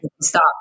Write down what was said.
stop